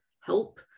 help